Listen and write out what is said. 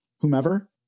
whomever